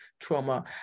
trauma